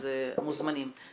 אז אתם מוזמנים.